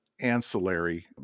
ancillary